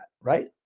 right